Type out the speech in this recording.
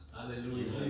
Hallelujah